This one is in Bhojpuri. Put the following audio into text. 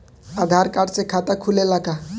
आधार कार्ड से खाता खुले ला का?